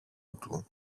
του